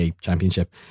championship